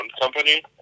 company